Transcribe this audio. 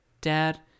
Dad